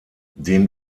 den